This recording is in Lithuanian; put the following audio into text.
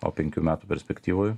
o penkių metų perspektyvoj